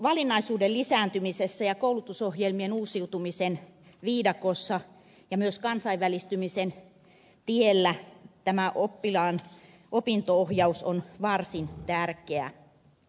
valinnaisuuden lisääntymisessä ja koulutusohjelmien uusiutumisen viidakossa ja myös kansainvälistymisen tiellä tämä oppilaan opinto ohjaus on varsin tärkeä